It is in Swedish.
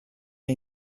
jag